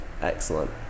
Excellent